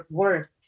work